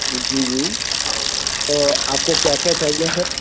जी जी आपको क्या क्या चाहिये सर